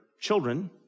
children